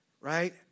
right